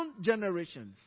generations